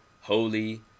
holy